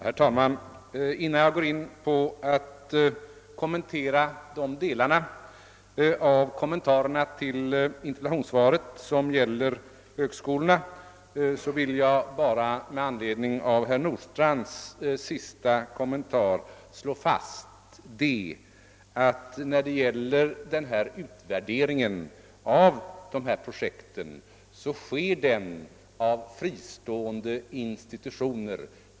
Herr talman! Innan jag går in på de delar av kommentarerna till interpellationssvaret som gäller högskolorna vill jag med anledning av herr Nordstrandhs senaste inlägg slå fast att utvärderingen av projekten görs av fristående institutioner.